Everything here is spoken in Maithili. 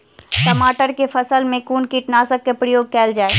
टमाटर केँ फसल मे कुन कीटनासक केँ प्रयोग कैल जाय?